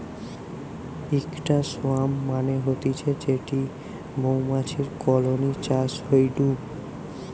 ইকটা সোয়ার্ম মানে হতিছে যেটি মৌমাছির কলোনি চাষ হয়ঢু